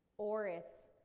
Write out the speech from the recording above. or it's